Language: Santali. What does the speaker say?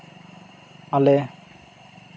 ᱟᱞᱮ